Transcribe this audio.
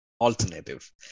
alternative